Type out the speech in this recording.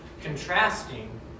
contrasting